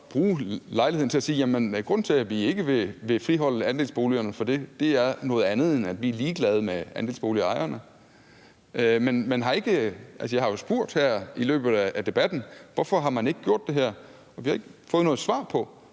bruge lejligheden til at sige: Grunden til, at vi ikke vil friholde andelsboligerne fra det, er noget andet, end at vi er ligeglade med andelsboligejerne. Jeg har jo spurgt her i løbet af debatten, hvorfor man ikke har gjort det her, og det har vi ikke fået noget svar på: